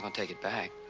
um take it back.